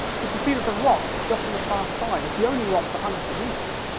can can see there's a rock just on the far side, it's the only rock for hundreds of metres.